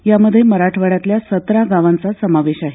यामध्ये मराठवाड्यातल्या सतरा गावांचा समावेश आहे